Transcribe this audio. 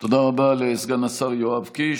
תודה רבה לסגן השר יואב קיש.